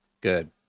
good